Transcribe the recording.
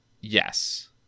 Yes